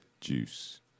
juice